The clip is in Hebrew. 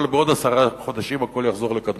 בעוד עשרה חודשים הכול יחזור לקדמותו.